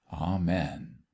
amen